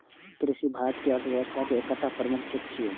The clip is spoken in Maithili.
कृषि भारतक अर्थव्यवस्था के एकटा प्रमुख क्षेत्र छियै